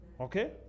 Okay